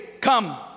come